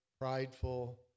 prideful